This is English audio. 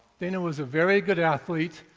dana was a very good athlete.